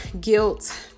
guilt